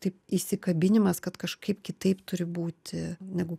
taip įsikabinimas kad kažkaip kitaip turi būti negu